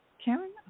Karen